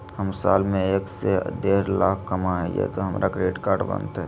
हम साल में एक से देढ लाख कमा हिये तो हमरा क्रेडिट कार्ड बनते?